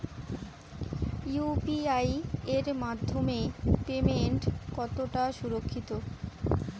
UPI এর মাধ্যমে payment কতটা সুরক্ষিত?